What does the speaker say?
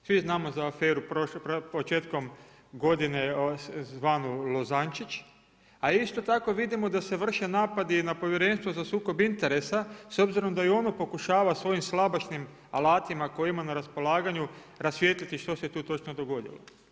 Svi znamo za aferu početkom godine zvanu Lozančić, a isto tako vidimo da se vrše napadi i na Povjerenstvo za sukob interesa s obzirom da i ono pokušava svojim slabašnim alatima koje ima na raspolaganju rasvijetliti što se tu točno dogodilo.